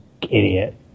idiot